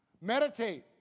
Meditate